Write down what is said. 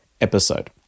episode